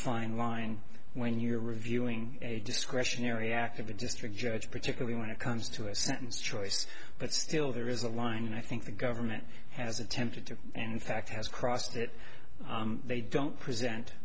fine line when you're reviewing a discretionary act of a district judge particularly when it comes to a sentence choice but still there is a line and i think the government has attempted to and in fact has crossed that they don't present